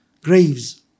graves